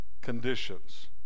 conditions